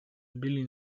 byli